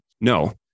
No